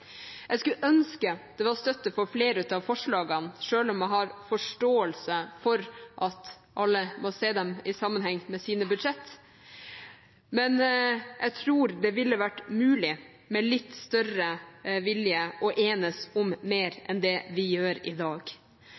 Jeg skulle ønske det var støtte for flere av forslagene, selv om jeg har forståelse for at alle må se dem i sammenheng med sine budsjett. Men jeg tror det ville vært mulig, med litt større vilje, å enes om mer enn det vi gjør i dag,